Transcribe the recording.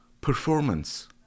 performance